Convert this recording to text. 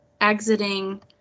exiting